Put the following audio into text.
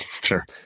sure